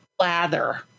lather